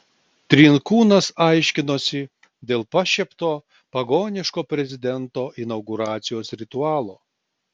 trinkūnas aiškinosi dėl pašiepto pagoniško prezidento inauguracijos ritualo